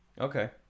Okay